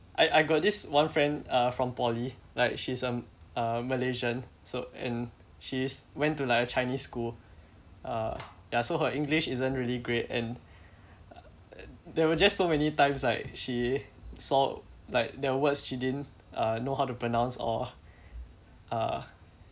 I I got this one friend uh from poly like she's um uh malaysian so and she's went to like a chinese school uh ya so her english isn't really great and there were just so many times like she saw like there are words she didn't uh know how to pronounce or uh